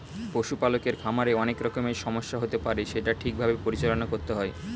পশু পালকের খামারে অনেক রকমের সমস্যা হতে পারে সেটা ঠিক ভাবে পরিচালনা করতে হয়